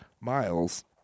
Miles